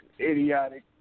Idiotic